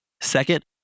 Second